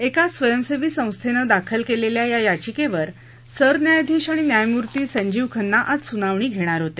एका स्वयंसेवी संस्थेनं दाखल केलेल्या या याचिकेवर सरन्यायाधीश आणि न्यायमूर्ती संजीव खन्ना आज सुनावणी घेणार होते